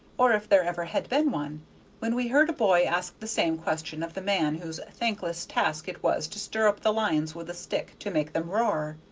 or if there ever had been one when we heard a boy ask the same question of the man whose thankless task it was to stir up the lions with a stick to make them roar.